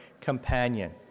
companion